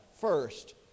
First